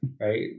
right